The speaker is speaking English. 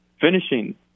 finishing